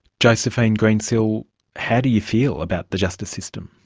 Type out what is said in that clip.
josephine greensill how do you feel about the justice system?